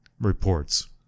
reports